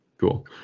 Cool